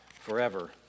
forever